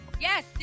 Yes